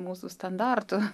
mūsų standartų